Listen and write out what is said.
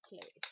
place